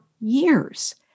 years